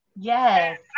yes